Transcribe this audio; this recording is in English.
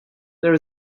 there